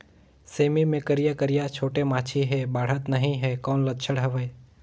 सेमी मे करिया करिया छोटे माछी हे बाढ़त नहीं हे कौन लक्षण हवय?